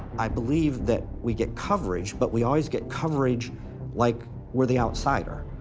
i believe that we get coverage, but we always get coverage like we're the outsider,